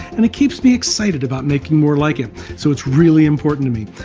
and it keeps me excited about making more like it, so it's really important to me.